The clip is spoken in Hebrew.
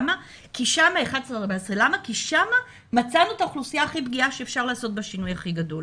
כי שם מצאנו את האוכלוסייה הכי פגיעה שאפשר לעשות בה שינוי הכי גדול.